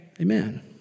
Amen